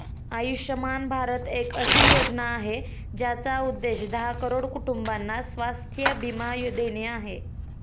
आयुष्यमान भारत एक अशी योजना आहे, ज्याचा उद्देश दहा करोड कुटुंबांना स्वास्थ्य बीमा देणे आहे